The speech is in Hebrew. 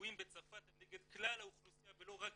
שהפיגועים בצרפת הם נגד כלל האוכלוסייה ולא רק